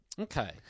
Okay